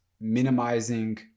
minimizing